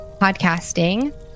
podcasting